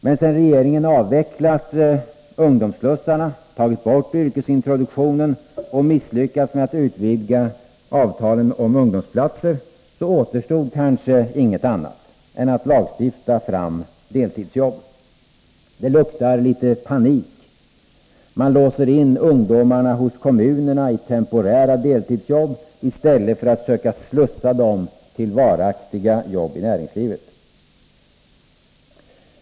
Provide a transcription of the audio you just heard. Men sedan regeringen avvecklat ungdomsslussarna, tagit bort yrkesintroduktionen och misslyckats med att utvidga avtalen om ungdomsplatser återstod kanske inget annat än att lagstifta fram deltidsjobb. Det luktar litet panik. Man låser in ungdomarna hos kommunerna i temporära deltidsjobb i stället för att söka slussa dem till varaktiga jobb i näringslivet.